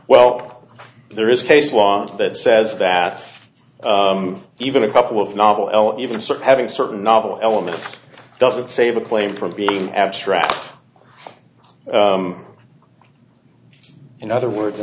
well there is case law that says that even a couple of novel elocution search having certain novel elements doesn't save a claim from being abstract in other words a